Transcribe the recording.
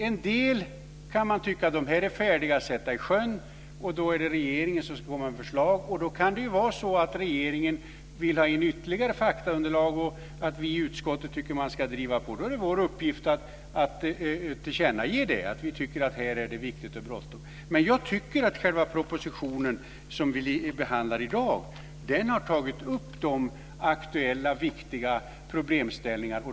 En del kan man tycka är färdiga att sätta i sjön. Då är det regeringen som ska komma med förslag. Det kan vara så att regeringen vill ha in ytterligare faktaunderlag och att vi i utskottet tycker att man ska driva på. Då är det vår uppgift att tillkännage att vi tycker att det är viktigt och bråttom. Jag tycker att man i den proposition som vi behandlar i dag har tagit upp de aktuella och viktiga problemställningarna.